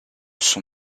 son